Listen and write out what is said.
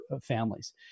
families